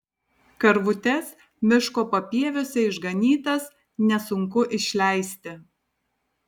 karvutes miško papieviuose išganytas nesunku išleisti